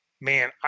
man